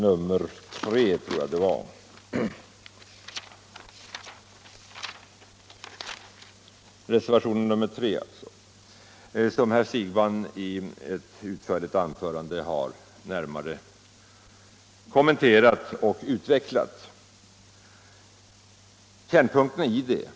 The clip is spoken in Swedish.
Herr Siegbahn = Nr 42 har i ett utförligt anförande närmare kommenterat och utvecklat vad Torsdagen den som sägs i reservationen.